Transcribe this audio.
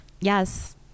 yes